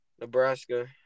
Nebraska